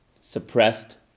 suppressed